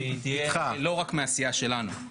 והיא תהיה לא רק מהסיעה שלנו.